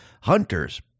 hunters